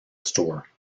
store